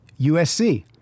USC